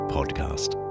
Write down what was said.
Podcast